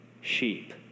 Sheep